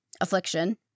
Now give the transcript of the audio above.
affliction